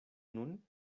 nun